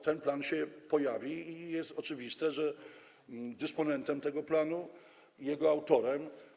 Ten plan się pojawi i jest oczywiste, że dysponentem tego planu, jego autorem.